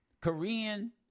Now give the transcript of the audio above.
Korean